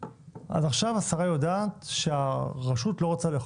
אז עכשיו השרה יודעת שהרשות לא רוצה לאכוף